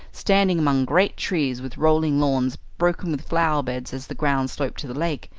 standing among great trees with rolling lawns broken with flower-beds as the ground sloped to the lake,